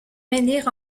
menhirs